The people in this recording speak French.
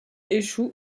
échoue